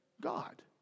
God